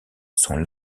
sont